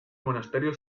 monasterio